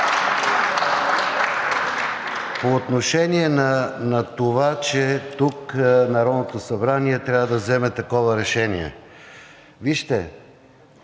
По отношение на това, че тук Народното събрание трябва да вземе такова решение. Вижте,